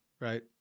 right